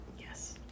Yes